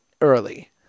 early